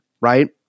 right